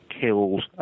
killed